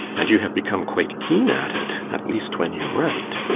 and you have become quite keen at it at least when you write.